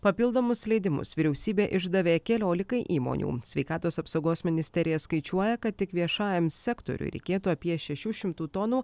papildomus leidimus vyriausybė išdavė keliolikai įmonių sveikatos apsaugos ministerija skaičiuoja kad tik viešajam sektoriui reikėtų apie šešių šimtų tonų